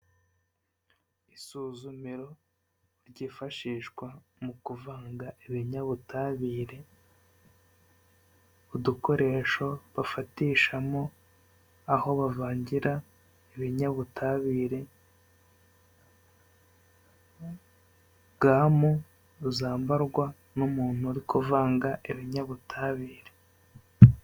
Isuzumero ryifashishwa mu kuvanga ibinyabutabire, udukoresho bafatishamo aho bavangira ibinyabutabire, gamu zambarwa n'umuntu uri kuvanga ibinyabutabire.